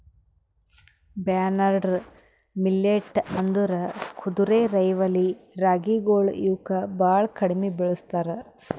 barnyard millet ಅಂದುರ್ ಕುದುರೆರೈವಲಿ ರಾಗಿಗೊಳ್ ಇವುಕ್ ಭಾಳ ಕಡಿಮಿ ಬೆಳುಸ್ತಾರ್